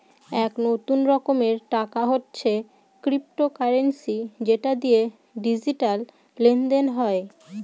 এক নতুন রকমের টাকা হচ্ছে ক্রিপ্টোকারেন্সি যেটা দিয়ে ডিজিটাল লেনদেন হয়